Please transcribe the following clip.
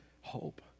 hope